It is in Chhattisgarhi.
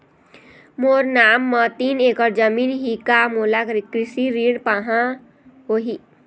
मोर नाम म तीन एकड़ जमीन ही का मोला कृषि ऋण पाहां होही?